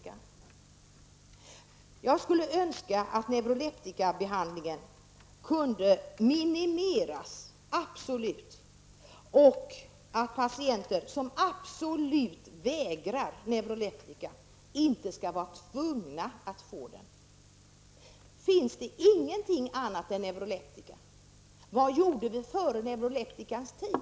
Jag skulle önska att neuroleptikabehandlingen minimeras, och att patienter som absolut vägrar neuroleptika inte skall vara tvungna att få dem. Finns det ingenting annat än neuroleptika? Vad gjorde vi före neuroleptikans tid?